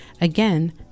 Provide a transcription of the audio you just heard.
Again